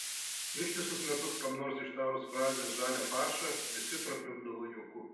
ištisus metus kam nors ištarus frazę žalią faršą visi prapliupdavo juoku